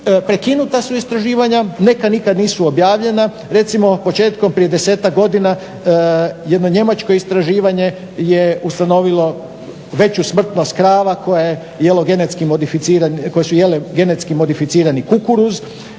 prekinuta su istraživanja, nekad neka nisu objavljena. Recimo početkom prije desetak godina jedno njemačko istraživanje je ustanovilo veću smrtnost krava koje su jele GM kukuruz,